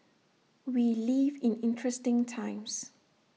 we live in interesting times